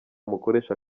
mukoresha